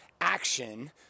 action